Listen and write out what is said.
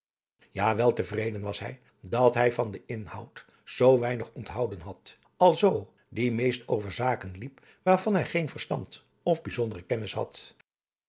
ja wel te vreden was hij dat hij van den inhoud zoo weinig onthouden had alzoo die meest over zaken liep waarvan hij geen verstand of bijzondere kennis had